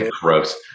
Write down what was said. gross